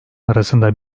arasında